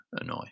annoy